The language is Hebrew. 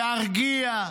להרגיע,